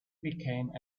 became